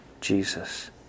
Jesus